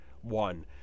One